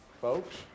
Folks